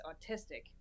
autistic